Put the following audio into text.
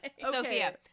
Sophia